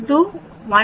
71 2